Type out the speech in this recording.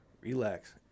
relax